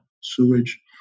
sewage